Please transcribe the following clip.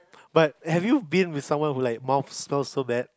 but have you been with someone who like mouth smells so bad